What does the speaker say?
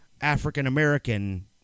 African-American